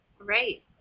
Right